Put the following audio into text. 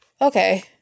Okay